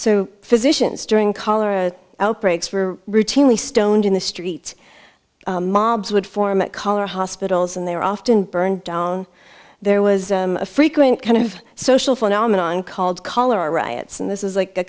so physicians during cholera outbreaks were routinely stoned in the street mobs would form a cholera hospitals and they were often burned down there was a frequent kind of social phenomenon called cholera riots and this is like a